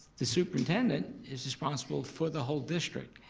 the superintendent is responsible for the whole district.